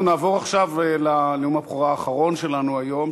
אנחנו נעבור עכשיו לנאום הבכורה האחרון שלנו היום,